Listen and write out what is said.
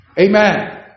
amen